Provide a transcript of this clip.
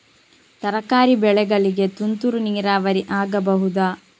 ತರಕಾರಿ ಬೆಳೆಗಳಿಗೆ ತುಂತುರು ನೀರಾವರಿ ಆಗಬಹುದಾ?